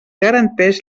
garanteix